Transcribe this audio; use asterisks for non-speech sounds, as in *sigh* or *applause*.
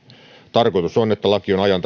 tarkoitus on että laki on ajan *unintelligible*